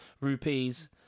rupees